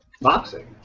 Boxing